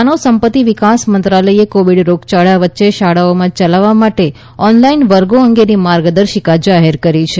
માનવ સંપત્તિ વિકાસ મંત્રાલયે કોવિડ રોગયાળા વચ્ચે શાળાઓ ચલાવવા માટે ઑનલાઇન વર્ગો અંગેની માર્ગદર્શિકા જાહેર કરી છે